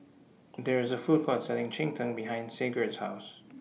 There IS A Food Court Selling Cheng Tng behind Sigurd's House